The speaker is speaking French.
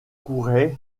couraient